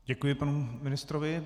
Děkuji panu ministrovi.